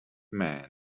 man